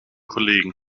kollegen